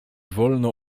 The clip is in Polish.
wolno